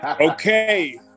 Okay